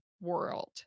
world